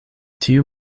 tiu